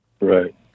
Right